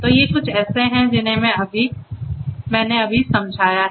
तो ये कुछ ऐसे हैं जिन्हें मैंने अभी समझाया है